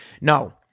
No